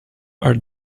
are